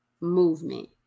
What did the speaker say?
movement